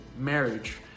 marriage